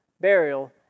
burial